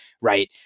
right